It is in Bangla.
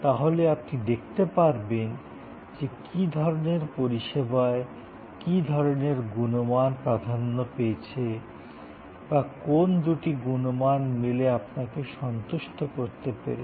তাহলে আপনি দেখতে পারবেন যে কি ধরণের পরিষেবায় কী ধরণের গুণমান প্রাধান্য পেয়েছে বা কোন দুটি গুণমান মিলে আপনাকে সন্তুষ্ট করতে পেরেছে